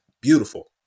beautiful